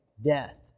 Death